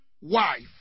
wife